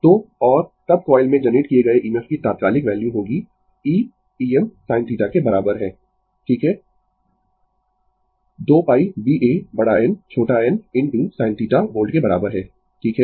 तो और तब कॉइल में जनरेट किये गये EMF की तात्कालिक वैल्यू होगी e Em sin θ के बराबर है ठीक है 2 π B A बड़ा N छोटा n इनटू sin θ वोल्ट के बराबर है ठीक है